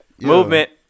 Movement